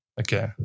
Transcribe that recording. Okay